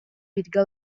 бииргэ